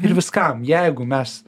ir viskam jeigu mes